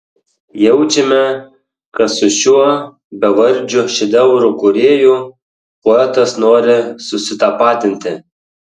jaučiame kad su šiuo bevardžiu šedevrų kūrėju poetas nori susitapatinti